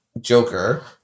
Joker